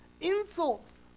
insults